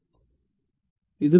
ഞാൻ അത് മായ്ക്കട്ടെ